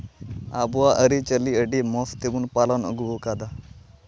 ᱟᱵᱚᱣᱟᱜ ᱟᱹᱨᱤᱼᱪᱟᱹᱞᱤ ᱟᱹᱰᱤ ᱢᱚᱡᱽ ᱛᱮᱵᱚᱱ ᱯᱟᱞᱚᱱ ᱟᱹᱜᱩ ᱠᱟᱫᱟ